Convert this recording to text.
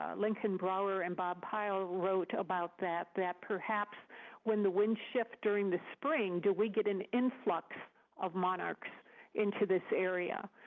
ah lincoln brower and bob pyle wrote about that, that perhaps when the winds shift during the spring, do we get an influx of monarchs into this area?